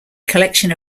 collection